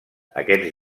aquests